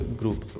group